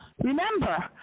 remember